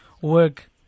work